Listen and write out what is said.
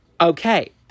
Okay